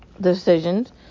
decisions